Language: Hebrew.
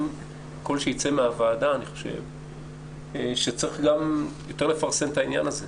קול שיצא מהוועדה היא שצריך יותר לפרסם את העניין הזה.